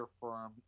firm